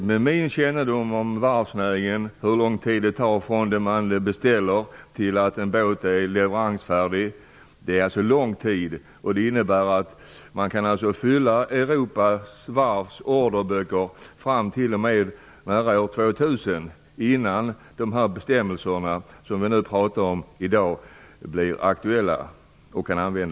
Med min kännedom om varvsnäringen vet jag att det tar lång tid från det att man beställer en båt och fram till dess att den är leveransfärdig. Det innebär att man på Europas varv kan fylla orderböckerna nästan fram till år 2000 innan de bestämmelser som vi talar om i dag blir aktuella för tillämpning.